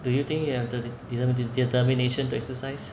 do you think you have the de~ de~ determination to exercise